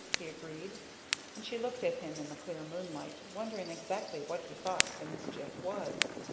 he agreed and she looked at him in the clear moonlight, wondering exactly what he thought the mischief was.